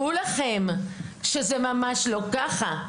דעו לכם שזה ממש לא ככה.